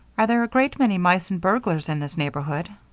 are there a great many mice and burglars in this neighborhood?